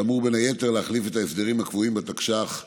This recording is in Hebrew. שאמור בין היתר להחליף את ההסדרים הקבועים בתקש"ח המלוניות.